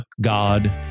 God